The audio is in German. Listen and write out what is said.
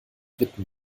witten